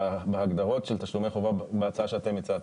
בהגדרות של תשלומי חובה, בהצעה שאתם הצעתם,